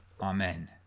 Amen